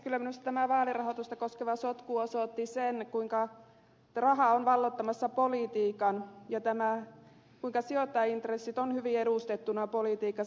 kyllä minusta tämä vaalirahoitusta koskeva sotku osoitti sen että raha on valloittamassa politiikan kuinka sijoittajaintressit ovat hyvin edustettuina politiikassa